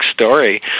story